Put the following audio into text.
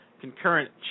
concurrent